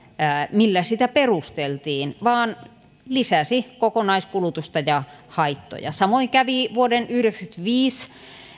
millä sitä perusteltiin vaan lisäsi kokonaiskulutusta ja haittoja samoin kävi vuoden yhdeksänkymmentäviisi